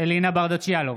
אלינה ברדץ' יאלוב,